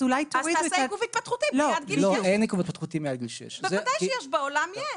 אז עיכוב התפתחותי מעל גיל 6. אין